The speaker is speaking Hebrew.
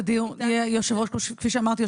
כפי שאמרתי,